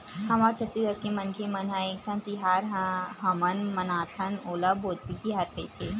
हमर छत्तीसगढ़ के मनखे मन ह एकठन तिहार हमन मनाथन ओला भोजली तिहार कइथे